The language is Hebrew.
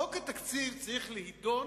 חוק התקציב צריך להידון,